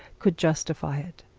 could justify it.